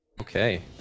Okay